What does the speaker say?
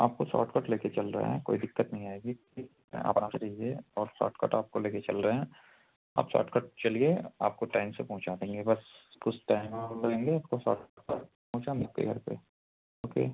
आपको shortcut लेके चल रहे हैं कोई दिक्कत नहीं आएगी ठीक आप आराम से रहिए और सॉट कट आपको लेके चल रहे हैं आप सॉट कट चलिए आपको टाइम से पहुँचा देंगे बस कुछ टाइम और लगेंगे आपको सॉट पहुँचा देते घर पर ओके